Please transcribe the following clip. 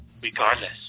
regardless